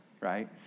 right